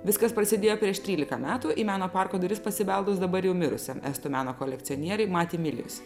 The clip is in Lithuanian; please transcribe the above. viskas prasidėjo prieš trylika metų į meno parko duris pasibeldus dabar jau mirusiam estų meno kolekcionieriui mati milius